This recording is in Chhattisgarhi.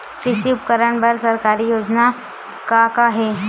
कृषि उपकरण बर सरकारी योजना का का हे?